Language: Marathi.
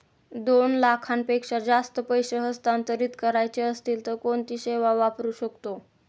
दोन लाखांपेक्षा जास्त पैसे हस्तांतरित करायचे असतील तर कोणती सेवा वापरू शकतो?